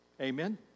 Amen